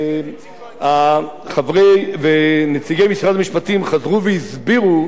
ונציגי משרד המשפטים חזרו והסבירו מדוע הם נגד